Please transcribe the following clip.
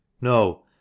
No